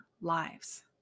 lives